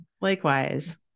Likewise